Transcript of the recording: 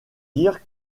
dire